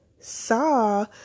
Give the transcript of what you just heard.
saw